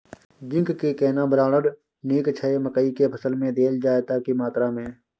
Zinc के केना brand नीक छैय मकई के फसल में देल जाए त की मात्रा में?